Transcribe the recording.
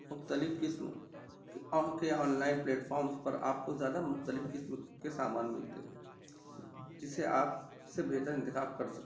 مختلف قسم کے آن لائن پلیٹفارمز پر آپ کو زیادہ مختلف قسم کے سامان ملتے ہیں جسے آپ سے بہتر انتخاب کر سکتے ہیں